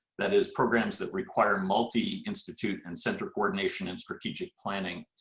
that is programs that require multi institute and central coordination and strategic planning.